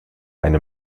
eine